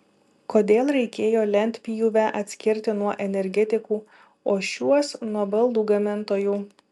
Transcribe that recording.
kodėl reikėjo lentpjūvę atskirti nuo energetikų o šiuos nuo baldų gamintojų